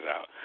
out